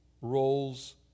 roles